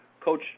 Coach